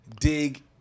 dig